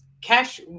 cash